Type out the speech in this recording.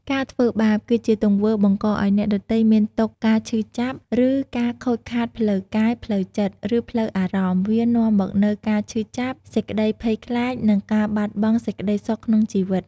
ការធ្វើបាប គឺជាទង្វើបង្កឲ្យអ្នកដទៃមានទុក្ខ ការឈឺចាប់ ឬការខូចខាតផ្លូវកាយ ផ្លូវចិត្ត ឬផ្លូវអារម្មណ៍ វានាំមកនូវការឈឺចាប់ សេចក្តីភ័យខ្លាច និងការបាត់បង់សេចក្តីសុខក្នុងជីវិត។